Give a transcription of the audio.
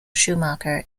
schumacher